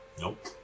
Nope